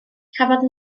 cafodd